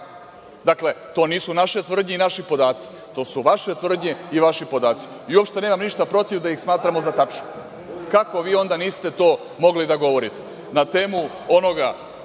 kako? Dakle, to nisu naše tvrdnje i naši podaci, to su vaše tvrdnje i vaši podaci. Uopšte nemam ništa protiv da ih smatramo za tačno. Kako vi onda niste to mogli da govorite na temu onoga